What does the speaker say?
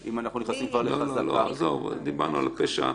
כי את אומרת שכרגע זו קבוצה ריקה.